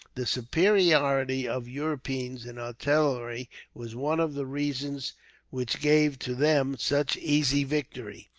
the superiority of europeans in artillery was one of the reasons which gave to them such easy victory,